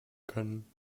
können